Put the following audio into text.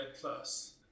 plus